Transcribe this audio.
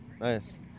Nice